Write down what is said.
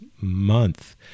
month